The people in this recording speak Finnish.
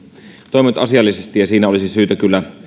toiminut asiallisesti ja siinä olisi syytä kyllä